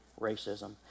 racism